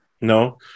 No